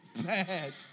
Bad